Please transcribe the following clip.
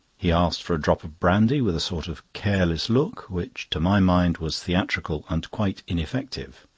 he asked for a drop of brandy with a sort of careless look, which to my mind was theatrical and quite ineffective.